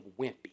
Wimpy